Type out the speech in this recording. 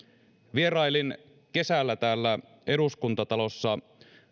vierailin kesällä täällä eduskuntatalossa